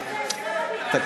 אני אלך אל שר הביטחון, תיקח.